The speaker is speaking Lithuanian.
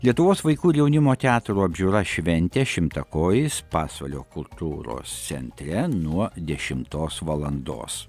lietuvos vaikų ir jaunimo teatrų apžiūra šventė šimtakojis pasvalio kultūros centre nuo dešimtos valandos